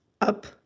up